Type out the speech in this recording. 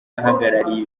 ahagarariye